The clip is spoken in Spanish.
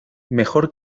mejor